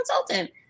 consultant